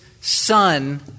son